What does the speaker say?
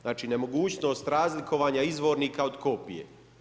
Znači, nemogućnost razlikovanja izvornika od kopije.